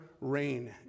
rain